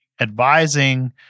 advising